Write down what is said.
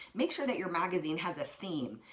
make sure that your magazine has a theme.